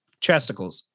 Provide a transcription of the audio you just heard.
chesticles